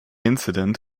incident